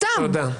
סתם.